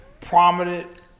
prominent